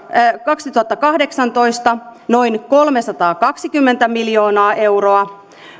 kaksituhattakahdeksantoista noin kolmesataakaksikymmentä miljoonaa euroa